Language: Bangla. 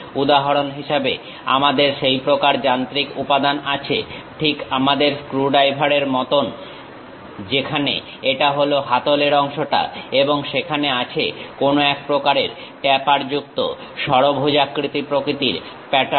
উদাহরণ হিসেবে আমাদের সেই প্রকার যান্ত্রিক উপাদান আছে ঠিক আমাদের স্ক্রু ড্রাইভার এর মতন যেখানে এটা হলো হাতলের অংশটা এবং সেখানে আছে কোনো এক প্রকারের ট্যাপারযুক্ত ষড়ভুজাকার প্রকৃতির প্যাটার্ন